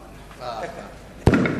כהן.